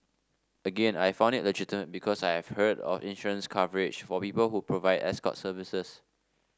again I found it legitimate because I have heard of insurance coverage for people who provide escort services